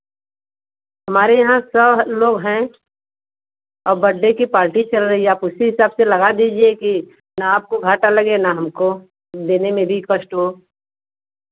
हमारे यहाँ सौ लोग हैं और बड्डे की पार्टी चल रही है आप उसी हिसाब से लगा दीजिए की न आपको घाटा लगे न हमको देने में भी कष्ट हो